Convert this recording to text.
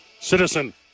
Citizen